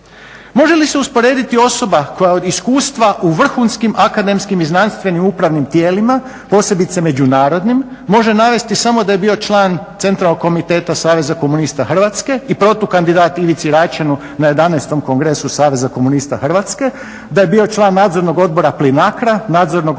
Može li se usporediti osoba koja iskustva u vrhunskim akademskim i znanstvenim upravnim tijelima, posebice međunarodnim, može navesti samo da je bio član Centralnog komiteta Saveza komunista Hrvatske i protukandidat Ivici Račanu na 11. kongresu Saveza komunista Hrvatske, da je bio član Nadzornog odbora PLINACRO-a, Nadzornog odbora Podravke